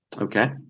Okay